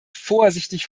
vorsichtig